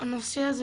שהנושא הזה,